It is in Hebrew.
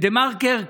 ודה-מרקר,